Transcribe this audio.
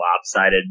lopsided